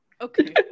okay